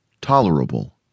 tolerable